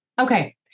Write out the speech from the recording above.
Okay